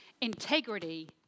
integrity